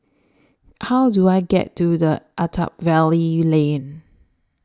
How Do I get to The Attap Valley Lane